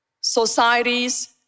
societies